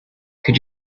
could